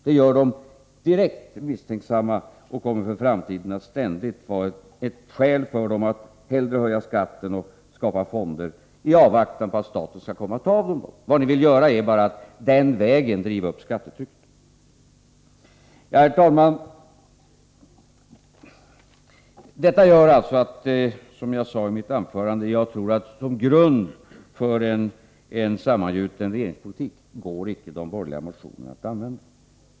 Det gör kommunalmännen direkt misstänksamma och kommer för framtiden att ständigt vara ett skäl för dem att hellre höja skatten och skapa fonder i avvaktan på att staten skall komma och ta dem. Vad ni vill göra är bara att den vägen driva upp skattetrycket. Herr talman! Detta gör, som jag sade i mitt huvudanförande, att jag tror att de borgerliga motionerna icke går att använda som någon grund för en sammangjuten regeringspolitik.